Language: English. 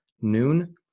noon